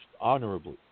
honorably